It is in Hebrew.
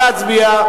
נא להצביע.